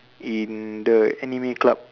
in the anime club